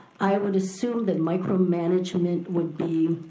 i would assume that micromanagement would be,